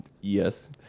yes